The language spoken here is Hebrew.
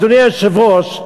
אדוני היושב-ראש,